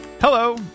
Hello